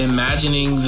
Imagining